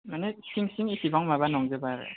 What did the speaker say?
माने सिं सिं एसेबां माबा नंजोबा आरो